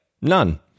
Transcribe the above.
None